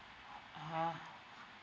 orh